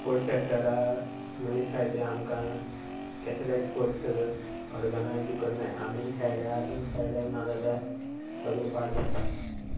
sports सेक्टरा मनीस आसात तें आमकां कसले स्पोर्ट्स ऑर्गनायज बीन करिनात आमी खेळ्यारू खेळ्ळे नाजाल्यार सगलें पाड पडटा